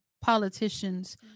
politicians